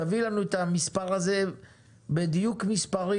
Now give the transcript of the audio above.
תביאי לנו את המספר המדויק של זה בפעם הבאה.